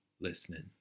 listening